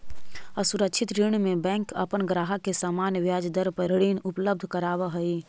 असुरक्षित ऋण में बैंक अपन ग्राहक के सामान्य ब्याज दर पर ऋण उपलब्ध करावऽ हइ